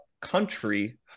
country